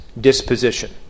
disposition